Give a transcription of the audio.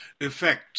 effect